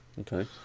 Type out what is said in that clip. Okay